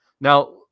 Now